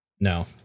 no